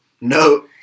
no